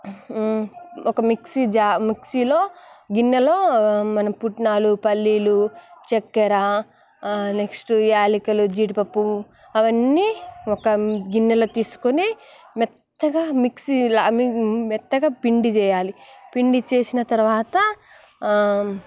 ఒక mixie jar ఒక మిక్సీలో గిన్నెలో మన పుట్నాలు పల్లీలు చక్కెర నెక్స్ట్ యాలకులు జీడిపప్పు అవన్నీ ఒక గిన్నెలో తీసుకొని మెత్తగా మిక్సీలో ఆ మెత్తగా పిండి చేయాలి పిండి చేసిన తరువాత